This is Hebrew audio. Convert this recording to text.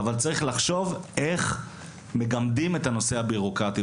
אבל צריך לחשוב איך מלמדים את הנושא הביורוקרטי,